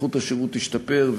איכות השירות תשתפר,